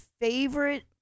favorite